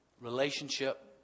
relationship